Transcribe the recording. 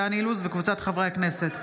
דן אילוז וקבוצת חברי הכנסת.